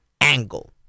angle